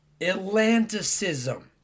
Atlanticism